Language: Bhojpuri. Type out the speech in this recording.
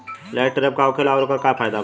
लाइट ट्रैप का होखेला आउर ओकर का फाइदा बा?